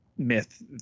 myth